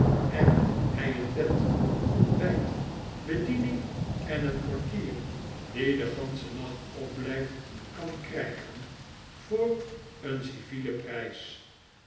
en hij een bed ontbyt bediening en een portier die den ganschen nacht opbljjft kan krijgen voor een civielen prp